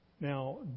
Now